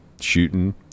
shooting